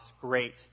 great